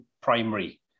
primary